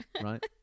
right